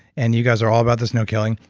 and you guys are all about this no killing,